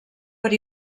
per